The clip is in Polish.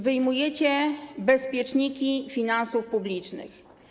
Wyjmujecie bezpieczniki finansów publicznych.